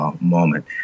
Moment